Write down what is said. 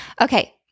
Okay